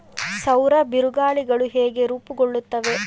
ಸೌರ ಬಿರುಗಾಳಿಗಳು ಹೇಗೆ ರೂಪುಗೊಳ್ಳುತ್ತವೆ?